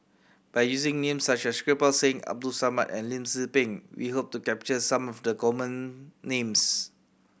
by using names such as Kirpal Singh Abdul Samad and Lim Tze Peng we hope to capture some of the common names